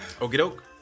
Okey-doke